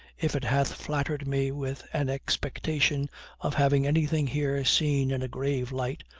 if it hath flattered me with an expectation of having anything here seen in a grave light,